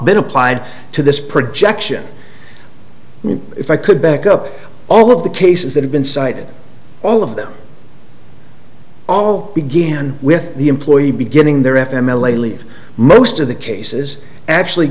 been applied to this projection if i could back up all of the cases that have been cited all of them all begin with the employee beginning their f m l a leave most of the cases actually